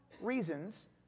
reasons